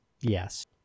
yes